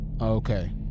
okay